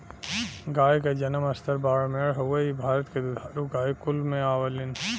गाय क जनम स्थल बाड़मेर हउवे इ भारत के दुधारू गाय कुल में आवलीन